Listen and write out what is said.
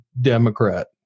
Democrat